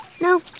No